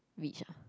rich ah